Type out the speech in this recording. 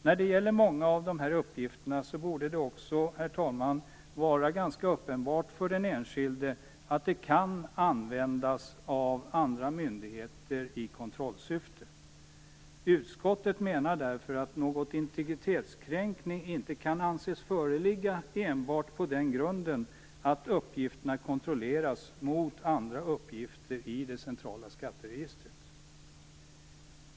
När det gäller många av de här uppgifterna borde det också, herr talman, vara ganska uppenbart för den enskilde att de kan användas av andra myndigheter i kontrollsyfte. Utskottet menar därför att någon integritetskränkning inte kan anses föreligga enbart på den grunden att uppgifterna kontrolleras mot andra uppgifter i det centrala skatteregistret.